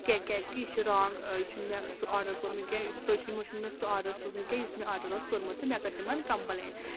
کیٚنٛہہ کیٛازکہِ یہِ چھُ رانٛگ یہِ چھُنہٕ مےٚ سُہ آرڈَر کوٚرمُت کیٚنٛہہ تۄہہِ چھُ یِمو چھُنہٕ مےٚ سُہ آرڈَر سوٗزمُت کیٚنٛہہ یُس مےٚ آرڈَر اوس کوٚرمُت تہٕ مےٚ کٔر تِمَن کَمپٕلین